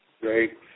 Great